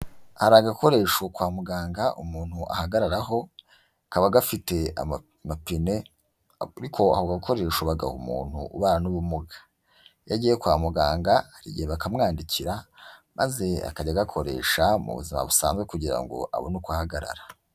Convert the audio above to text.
Hari agakoresho kwa muganga umuntu ahagararaho, kaba gafite amapine, ariko ako gakoresho bagaha umuntu ubana n'ubumuga. iyo agiye kwa muganga, hari igihe bakamwandikira, maze akajya agakoresha mu buzima busanzwe kugira ngo abone uko ahagarara.